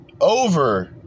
over